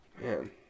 Man